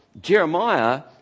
Jeremiah